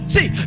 See